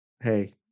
hey